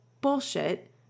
bullshit